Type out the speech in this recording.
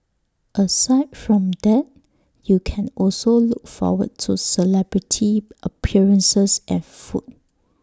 aside from that you can also look forward to celebrity appearances and food